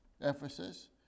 Ephesus